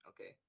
Okay